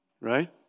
right